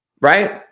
Right